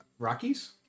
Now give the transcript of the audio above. Rockies